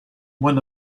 one